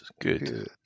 good